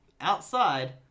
Outside